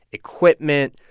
equipment,